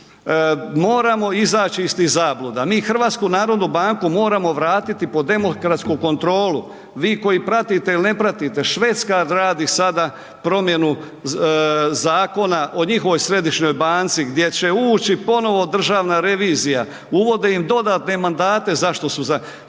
moramo izaći iz tih zabluda, mi HNB moramo vratiti pod demokratsku kontrolu, vi koji pratite il ne pratite, Švedska radi sada promjenu zakona o njihovoj središnjoj banci gdje će ući ponovo državna revizija, uvode im dodatne mandate zašto su za,